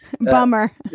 Bummer